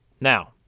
Now